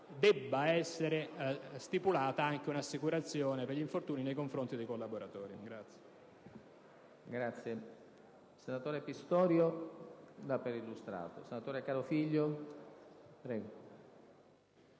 debba essere stipulata anche un'assicurazione per gli infortuni nei confronti dei collaboratori.